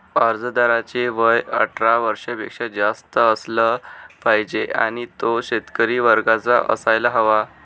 अर्जदाराचे वय अठरा वर्षापेक्षा जास्त असलं पाहिजे आणि तो शेतकरी वर्गाचा असायला हवा